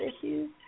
issues